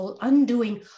undoing